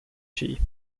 she